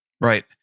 Right